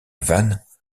vannes